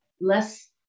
less